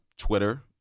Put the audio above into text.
Twitter